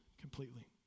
completely